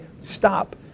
stop